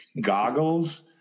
goggles